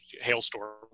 hailstorm